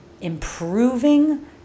improving